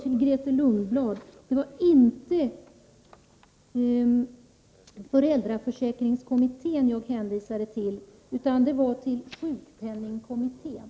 Till Grethe Lundblad: Det var inte föräldraförsäkringskommittén utan sjukpenningkommittén som jag hänvisade till.